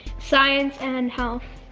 science and health.